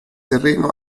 terreno